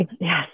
Yes